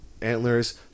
antlers